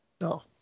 No